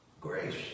Grace